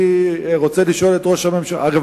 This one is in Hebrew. אגב,